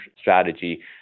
strategy